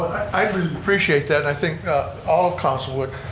i would appreciate that and i think all council would.